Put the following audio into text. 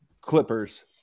Clippers